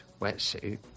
wetsuit